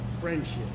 friendship